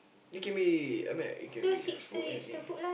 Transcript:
it can be I mean like it can be food anything